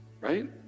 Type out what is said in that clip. right